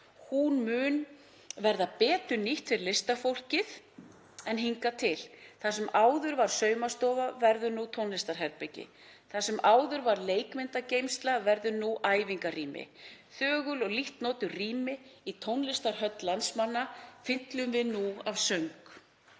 Hún verður mun betur nýtt fyrir listafólkið en hingað til; þar sem áður var saumastofa verður nú tónlistarherbergi, þar sem áður var leikmyndageymsla verður nú æfingarými. Þögul og lítt notuð rými í tónlistarhöll landsmanna fyllum við nú af söng.